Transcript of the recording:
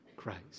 Christ